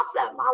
awesome